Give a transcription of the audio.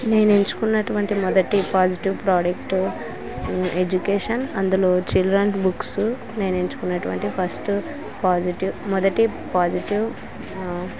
నేను ఎంచుకున్నటువంటి మొదటి పాజిటివ్ ప్రోడక్ట్ ఎడ్యుకేషన్ అందులో చిల్డ్రన్స్ బుక్స్ నేను ఎంచుకున్నటువంటి ఫస్ట్ పాజిటివ్ మొదటి పాజిటివ్